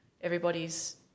everybody's